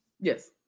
Yes